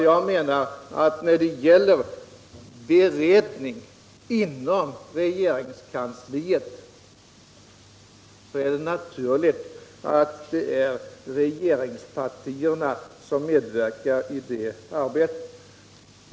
Jag menar att när det gäller beredning inom regeringskansliet är det naturligt att det är regeringspartierna som medverkar i det arbetet.